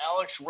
Alex